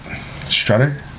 strutter